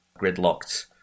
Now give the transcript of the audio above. gridlocked